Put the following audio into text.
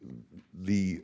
the